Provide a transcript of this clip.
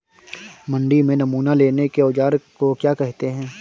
मंडी में नमूना लेने के औज़ार को क्या कहते हैं?